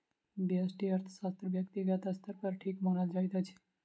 व्यष्टि अर्थशास्त्र व्यक्तिगत स्तर पर ठीक मानल जाइत अछि